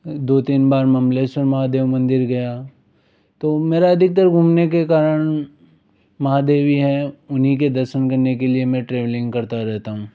दो तीन बार मंडलेश्वर महादेव मन्दिर गया तो मेरा अधिकतर घूमने के कारण महादेव ही हैं उन्हीं के दर्शन करने के लिए में ट्रैवलिंग करता रहता हूँ